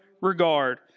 regard